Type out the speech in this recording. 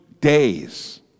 days